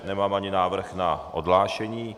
Nemám ani návrh na odhlášení.